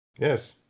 Yes